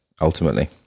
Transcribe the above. ultimately